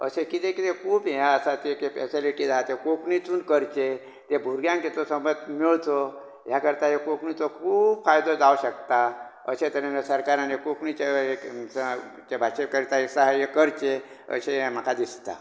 अशें कितें कितें खूब हे आसा ते फॅसेलिटीज आहा ते कोंकणीतूच करचें ते भुरग्यांक ताचो सर्पोट मेळचो हे करता कोंकणीचो खूब फायदो जावंक शकता कारण हे कोंकणीचे भाशेचे सहाय्य करचे अशें म्हाका दिसता